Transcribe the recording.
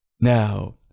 Now